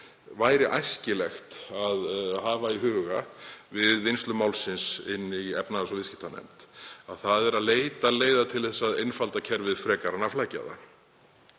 væri æskilegt að hafa í huga við vinnslu málsins í efnahags- og viðskiptanefnd, þ.e. að leita leiða til að einfalda kerfið frekar en að flækja það.